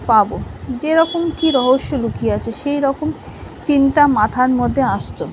পাব যেরকম কী রহস্য লুকিয়ে আছে সেইরকম চিন্তা মাথার মধ্যে আসত